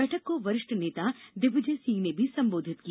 बैठक को वरिष्ठ नेता दिग्विजय सिंह ने भी संबोधित किया